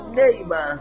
name